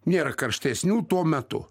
nėra karštesnių tuo metu